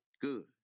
Good